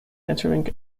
entering